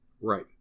right